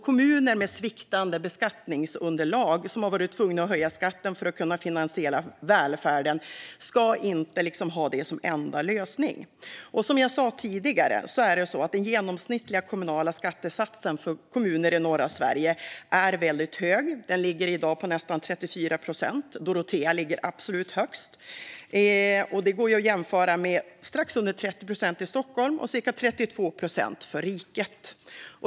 Kommuner med sviktande beskattningsunderlag som varit tvungna att höja skatten för att finansiera välfärden ska inte ha det som enda lösning. Den genomsnittliga kommunala skattesatsen för kommuner i norra Sverige är som sagt hög. Den ligger i dag på nästan 34 procent. Dorotea ligger absolut högst. Det kan jämföras med strax under 30 procent i Stockholm och cirka 32 procent för riket.